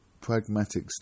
pragmatic